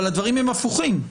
אבל הדברים הם הפוכים.